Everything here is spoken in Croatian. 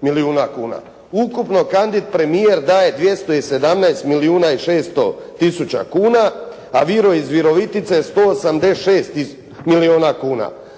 milijuna kuna. Ukupno "Kandit Premijer" daje 217 milijuna i 600 tisuća kuna, a "Viro" iz Virovitice 186 milijuna kuna.